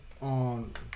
on